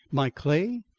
my clay,